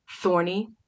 thorny